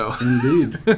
Indeed